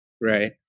Right